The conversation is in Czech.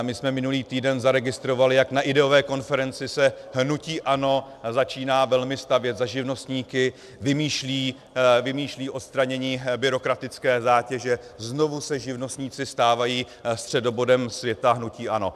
My jsme minulý týden zaregistrovali, jak na ideové konferenci se hnutí ANO začíná velmi stavět za živnostníky, vymýšlí odstranění byrokratické zátěže, znovu se živnostníci stávají středobodem světa hnutí ANO.